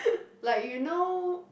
like you know